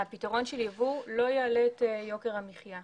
הפתרון של יבוא לא יעלה את יוקר המחיה.